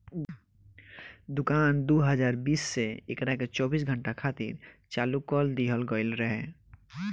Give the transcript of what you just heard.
दुकान दू हज़ार बीस से एकरा के चौबीस घंटा खातिर चालू कर दीहल गईल रहे